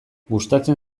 gustatzen